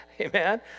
Amen